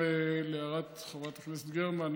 להערת חברת הכנסת יעל גרמן,